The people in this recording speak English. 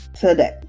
today